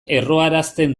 erroarazten